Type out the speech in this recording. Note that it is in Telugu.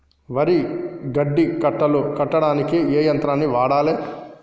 వరి గడ్డి కట్టలు కట్టడానికి ఏ యంత్రాన్ని వాడాలే?